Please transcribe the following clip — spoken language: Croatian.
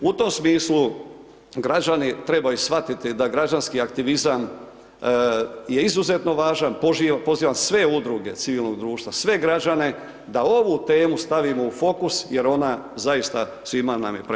U tom smislu građani trebaju shvatiti da građanski aktivizam je izuzetno važan, pozivam sve udruge civilnog društva, sve građane da ovu temu stavimo u fokus jer ona zaista svima nam je prevažna.